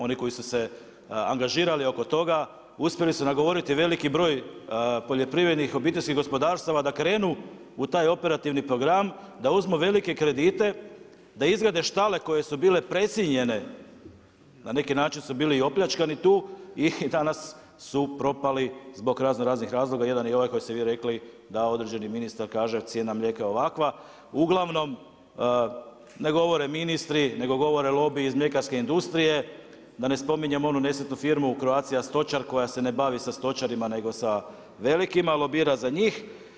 Oni koji su se angažirali oko toga, uspjeli su nagovoriti veliki broj poljoprivrednih obiteljskih gospodarstava da krenu u taj operativni program, da uzmu velike kredite, da izgrade štale koje su bile precijenjene, na neki način su bili i opljačkani tu i danas su propali zbog razno raznih razloga, jedan je i ovaj koji ste i vi rekli, da određeni ministar kaže, cijena mlijeka je ovakva, uglavnom ne govore ministri nego govore lobiji iz mljekarske industrije, da ne spominjem onu nesretnu firmu Croatia stočar koja se ne bavi stočarima, nego sa velikima a lobira za njih.